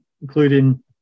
including